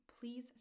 please